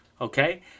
Okay